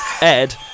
Ed